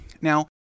Now